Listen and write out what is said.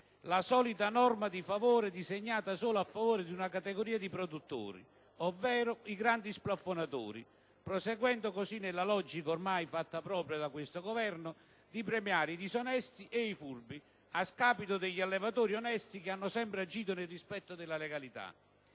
la solita norma di favore disegnata solo per una categoria di produttori, ovvero i grandi splafonatori, proseguendo così nella logica ormai fatta propria da questo Governo di premiare i disonesti e i furbi a scapito degli allevatori onesti che hanno sempre agito nel rispetto della legalità.